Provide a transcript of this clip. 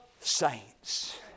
saints